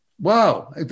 wow